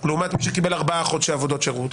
לעומת מי שקיבל ארבעה חודשי עבודות שירות,